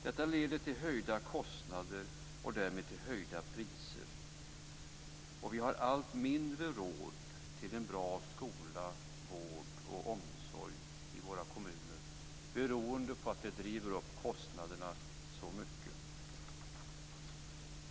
Detta leder till höjda kostnader och därmed till höjda priser, och vi har allt mindre råd med en bra skola, vård och omsorg i våra kommuner, beroende på att kostnaderna drivs upp så mycket.